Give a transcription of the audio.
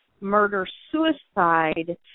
murder-suicide